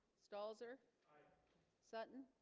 stalls er sutton